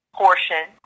portion